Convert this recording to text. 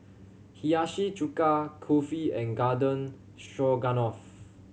Hiyashi Chuka Kulfi and Garden Stroganoff